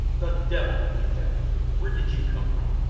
the devil! he ejaculated. where did you come from?